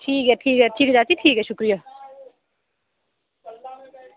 ठीक ऐ ठीक ऐ ठीक ऐ चाची ठीक ऐ शुक्रिया